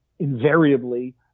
invariably